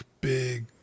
big